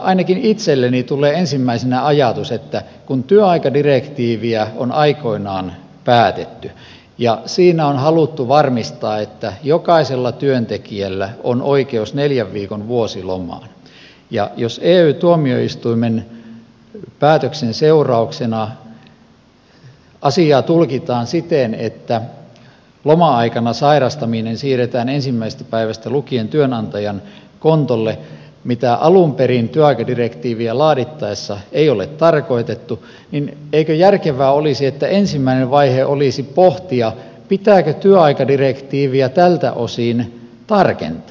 ainakin itselleni tulee ensimmäisenä ajatus että kun työaikadirektiivistä on aikoinaan päätetty ja siinä on haluttu varmistaa että jokaisella työntekijällä on oikeus neljän viikon vuosilomaan ja jos ey tuomioistuimen päätöksen seurauksena asiaa tulkitaan siten että loma aikana sairastaminen siirretään ensimmäisestä päivästä lukien työnantajan kontolle mitä alun perin työaikadirektiiviä laadittaessa ei ole tarkoitettu niin eikö järkevää olisi että ensimmäinen vaihe olisi pohtia pitääkö työaikadirektiiviä tältä osin tarkentaa